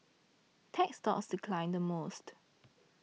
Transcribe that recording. tech stocks declined the most